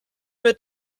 mit